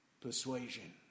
Persuasion